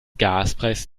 gaspreis